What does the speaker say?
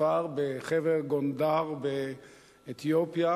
כפר בחבל גונדר באתיופיה,